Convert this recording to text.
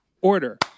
Order